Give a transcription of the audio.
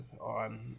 on